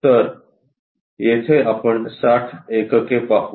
तर येथे आपण 60 एकक पाहू